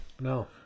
No